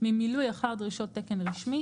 ממילוי אחר דרישות תקן רשמי,